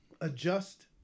adjust